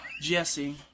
Jesse